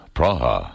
Praha